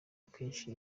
akenshi